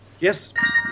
Yes